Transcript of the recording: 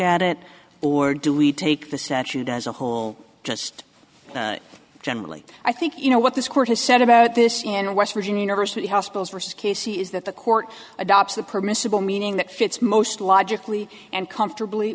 at it or do we take the statute as a whole just generally i think you know what this court has said about this in west virginia university hospitals versus casey is that the court adopts the permissible meaning that fits most logically and comfortably